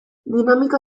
dinamika